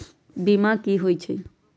बीमा कि होई छई?